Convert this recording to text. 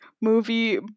movie